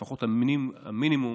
לפחות המינימום